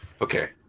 Okay